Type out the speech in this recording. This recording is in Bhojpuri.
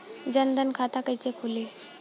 जनधन खाता कइसे खुली?